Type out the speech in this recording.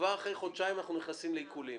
-- שכבר אחרי חודשיים אנחנו נכנסים לעיקולים.